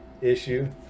issue